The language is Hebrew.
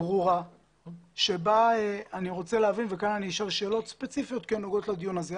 ברורה שבה אני רוצה להבין וגם אשאל שאלות ספציפיות שנוגעות לדיון הזה.